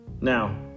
Now